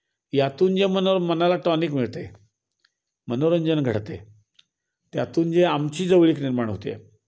यातून जे मनो मनाला टॉनिक मिळते मनोरंजन घडते त्यातून जे आमची जवळीक निर्माण होते आहे